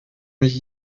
mich